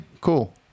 cool